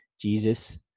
Jesus